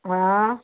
ಹಾಂ